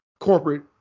Corporate